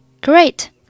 Great